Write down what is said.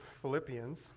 Philippians